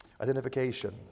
Identification